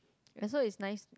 as though it's nice